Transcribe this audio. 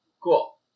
cool